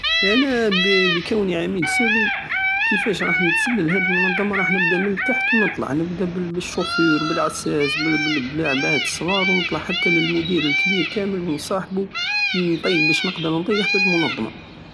انا بكوني عميل سري كيفاش راح نتسلل لهاد المنظمة نبدا من التحت ونطلع نبدى بالشوفير والعساس وبال- وبالعباد الصغار وطلع حتى للمدير الكبير كامل ونصاحبو نط- بش نقدر نطيح بالمنظمة